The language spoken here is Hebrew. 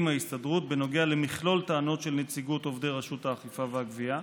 ההסתדרות בנוגע למכלול טענות של נציגות עובדי רשות האכיפה והגבייה.